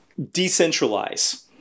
decentralize